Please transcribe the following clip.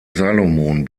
salomon